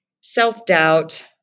self-doubt